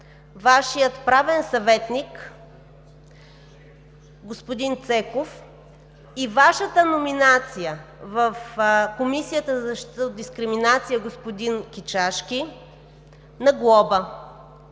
Вашия правен съветник – господин Цеков, и Вашата номинация в Комисията за защита от дискриминация – господин Кичашки, на глоба